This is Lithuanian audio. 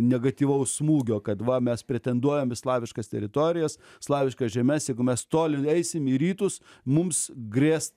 negatyvaus smūgio kad va mes pretenduojam į slaviškas teritorijas slaviškas žemes jeigu mes toli eisim į rytus mums grės